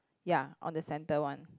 ya on the centre one